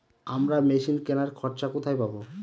আমরা মেশিন কেনার খরচা কোথায় পাবো?